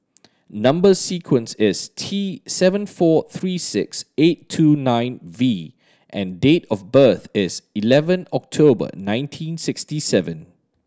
number sequence is T seven four three six eight two nine V and date of birth is eleven October nineteen sixty seven